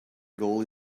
goal